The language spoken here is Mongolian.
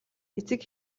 эцэг